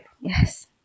yes